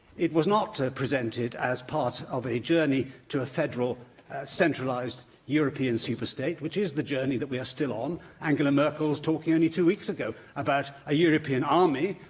it was not presented as part of a journey to a federal centralised european superstate, which is the journey that we are still on. angela merkel was talking only two weeks ago about a european army,